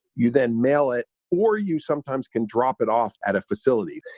you then mail it or you sometimes can drop it off at a facility.